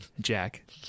Jack